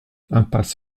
impasse